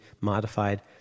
modified